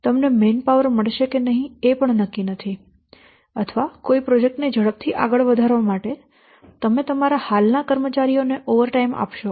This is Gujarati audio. તમને મેનપાવર મળશે કે નહિ એ પણ નક્કી નથી અથવા કોઈ પ્રોજેક્ટ ને ઝડપ થી આગળ વધારવા માટે તમે તમારા હાલના કર્મચારીઓને ઓવરટાઈમ આપશો